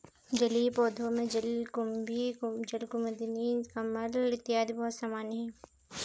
जलीय पौधों में जलकुम्भी, जलकुमुदिनी, कमल इत्यादि बहुत सामान्य है